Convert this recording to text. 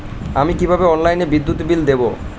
আমি কিভাবে অনলাইনে বিদ্যুৎ বিল দেবো?